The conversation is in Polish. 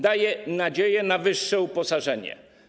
Daje nadzieję na wyższe uposażenie.